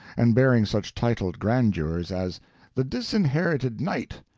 and bearing such titled grandeurs as the disinherited knight,